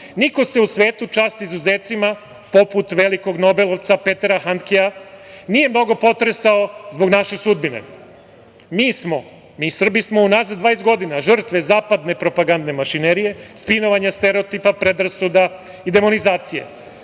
Niko se u svetu, čast izuzecima, poput velikog nobelovca Petra Handkea nije mnogo potresao zbog naše sudbine. Mi smo, mi Srbi smo u nazad dvadeset godina žrtve zapadne propagande mašinerije, spinovanja stereotipa, predrasuda i demonizacije.